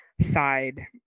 side